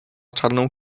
czarną